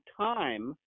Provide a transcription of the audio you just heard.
time